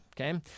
Okay